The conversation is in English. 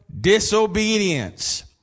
disobedience